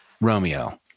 Romeo